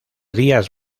días